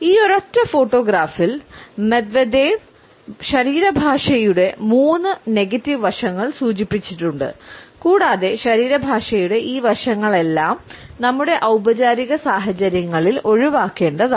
ഈ ഒരൊറ്റ ഫോട്ടോഗ്രാഫിൽ മെഡ്വെദേവ് ശരീരഭാഷയുടെ മൂന്ന് നെഗറ്റീവ് വശങ്ങൾ സൂചിപ്പിച്ചിട്ടുണ്ട് കൂടാതെ ശരീരഭാഷയുടെ ഈ വശങ്ങളെല്ലാം നമ്മുടെ ഔപചാരിക സാഹചര്യങ്ങളിൽ ഒഴിവാക്കേണ്ടതാണ്